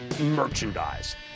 merchandise